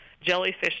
jellyfish